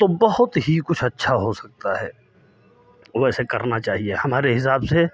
तो बहुत ही कुछ अच्छा हो सकता है वैसे करना चाहिए हमारे हिसाब से